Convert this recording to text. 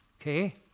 Okay